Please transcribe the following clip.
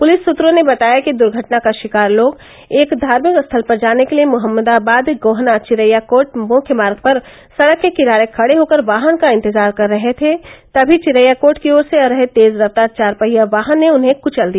police सूत्रों ने बताया कि दुर्घटना का शिकार लोग एक धार्मिक स्थल पर जाने के लिये मोहम्मदाबाद गोहना चिरैयाकोट मुख्य मार्ग पर सड़क के किनारे खड़े होकर वाहन का इंतजार कर रहे थे तमी चिरैयाकोट की ओर से आ रहे तेज रफ्तार चार पहिया वाहन ने कुचल दिया